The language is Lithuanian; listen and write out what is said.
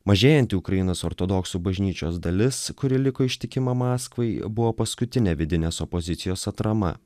mažėjanti ukrainos ortodoksų bažnyčios dalis kuri liko ištikima maskvai buvo paskutinė vidinės opozicijos atrama